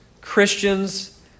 Christians